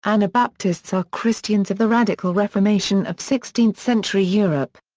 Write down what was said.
anabaptists are christians of the radical reformation of sixteenth century europe.